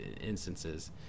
instances